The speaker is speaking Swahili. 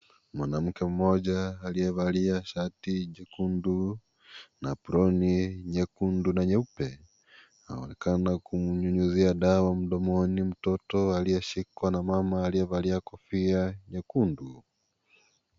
Mwanamke mmoja aliyevalia shati jekundu, na aproni nyekundu na nyeupe, anaonekana kunyunyizia dawa mdomoni mtoto aliyeshikwa na mama aliyevalia kofia nyekundu.